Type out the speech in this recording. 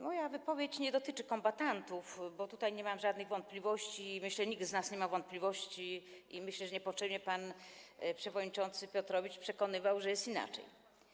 Moja wypowiedź nie dotyczy kombatantów, bo tutaj nie mam żadnych wątpliwości i, myślę, nikt z nas nie ma wątpliwości, i sądzę, że niepotrzebnie pan przewodniczący Piotrowicz przekonywał, że jest inaczej.